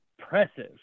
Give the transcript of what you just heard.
impressive